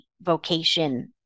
vocation